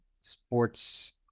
sports